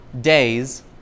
days